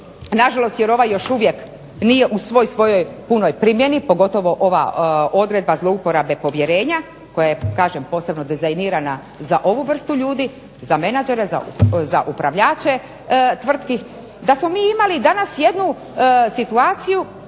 nažalost, jer ovaj još uvijek nije u svoj svojoj punoj primjeni, pogotovo ova odredba zlouporabe povjerenja koja je kažem posebno dizajnirana za ovu vrstu ljudi, za menadžere, za upravljače tvrtki, da smo mi imali danas jednu situaciju